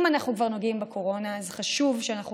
אם אנחנו כבר נוגעים בקורונה אז חשוב שאנחנו